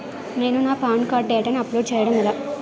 నేను నా PAN card డేటాను అప్లోడ్ చేయడం ఎలా?